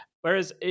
Whereas